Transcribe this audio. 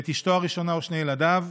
ואת אשתו הראשונה ושני ילדיו,